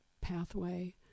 pathway